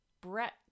Brett